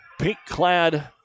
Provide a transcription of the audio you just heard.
pink-clad